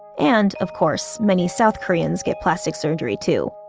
and, of course, many south koreans get plastic surgery too.